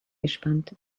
gespannt